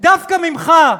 דווקא ממך,